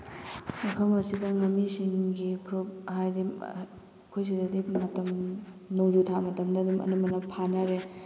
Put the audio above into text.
ꯃꯐꯝ ꯑꯁꯤꯗ ꯉꯥꯃꯤꯁꯤꯡꯒꯤ ꯒ꯭ꯔꯨꯞ ꯍꯥꯏꯗꯤ ꯑꯩꯈꯣꯏ ꯁꯤꯗꯗꯤ ꯃꯇꯝ ꯅꯣꯡꯖꯨ ꯊꯥ ꯃꯇꯝꯗ ꯑꯗꯨꯝ ꯑꯅꯝꯕꯅ ꯐꯥꯅꯔꯦ